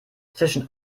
zwischen